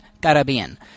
Caribbean